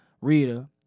Rita